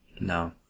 No